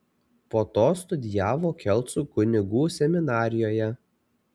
po to studijavo kelcų kunigų seminarijoje